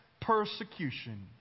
persecution